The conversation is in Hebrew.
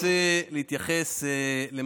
מיכל שיר סגמן (יש עתיד): אז עכשיו תפילו ממשלה,